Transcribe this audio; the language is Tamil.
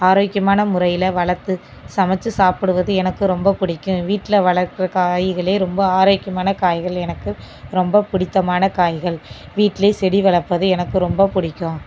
ஆரோக்கியமான முறையில் வளர்த்து சமைச்சி சாப்பிடுவது எனக்கு ரொம்ப பிடிக்கும் வீட்டில் வளர்க்கிற காய்களே ரொம்ப ஆரோக்கியமான காய்கள் எனக்கு ரொம்ப பிடித்தமான காய்கள் வீட்டிலேயே செடி வளர்ப்பது எனக்கு ரொம்ப பிடிக்கும்